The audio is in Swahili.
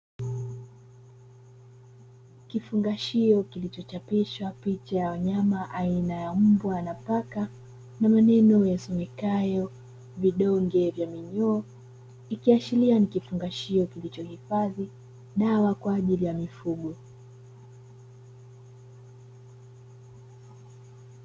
Kifungashio kilichochapishwa picha ya wanyama aina ya mbwa na paka na maneno yasomekayo "vidonge vya minyoo," ikiashiria ni kifungashio kilichohifadhi dawa kwa ajili ya mifugo.